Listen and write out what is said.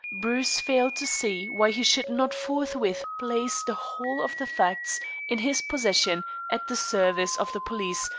bruce failed to see why he should not forthwith place the whole of the facts in his possession at the service of the police,